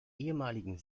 ehemaligen